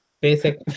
basic